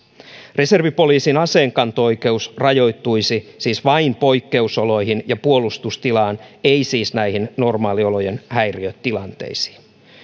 reservipoliisin aseenkanto oikeus rajoittuisi siis vain poikkeusoloihin ja puolustustilaan ei siis näihin normaaliolojen häiriötilanteisiin